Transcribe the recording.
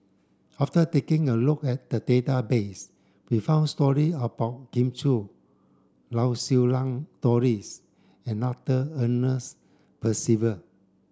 after taking a look at the database we found story about Kin Chui Lau Siew Lang Doris and Arthur Ernest Percival